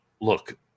look